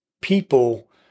people